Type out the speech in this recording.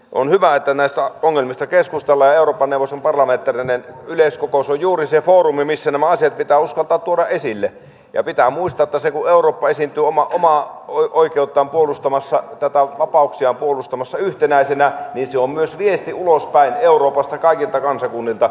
on hyvä että näistä ongelmista keskustellaan ja euroopan neuvoston parlamentaarinen yleiskokous on juuri se foorumi missä nämä asiat pitää uskaltaa tuoda esille ja pitää muistaa että se kun eurooppa esiintyy omaa oikeuttaan puolustamassa tai vapauksiaan puolustamassa yhtenäisenä on myös viesti ulospäin euroopasta kaikilta kansakunnilta